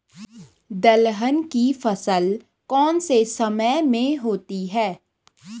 दलहन की फसल कौन से समय में होती है?